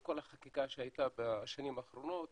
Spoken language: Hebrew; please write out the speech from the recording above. וכל החקיקה שהייתה בשנים האחרונות